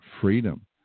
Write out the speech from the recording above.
freedom